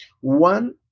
One